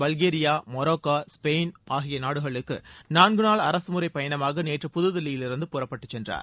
Bulgaria Morocco Spain ஆகிய நாடுகளுக்கு நான்குநாள் அரசுமுறைப் பயணமாக நேற்று புதுதில்லியிலிருந்து புறப்பட்டுச் சென்றார்